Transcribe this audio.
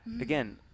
again